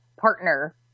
partner